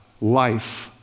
life